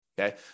okay